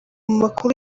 makuru